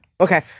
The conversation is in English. Okay